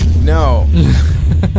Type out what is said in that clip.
No